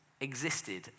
existed